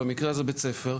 במקרה הזה בית ספר,